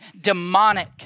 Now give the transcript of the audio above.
demonic